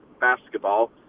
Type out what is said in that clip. basketball